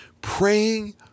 praying